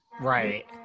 Right